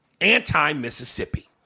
anti-Mississippi